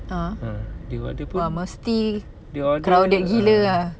ah dia order pun dia order err